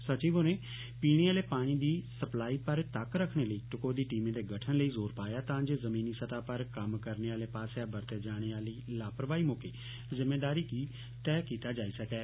सचिव होरें पीने आह्ले पानी दी सप्लाई पर तक्क रक्खने लेई टकोह्दी टीमें दे गठन लेई जोर पाया तां जे ज़मीनी स्तह पर कम्म करने आह्ले पास्सेआ बरते जाने आह्ली लापरवाही मौके जिम्मेदारी तय कीती जाई सकै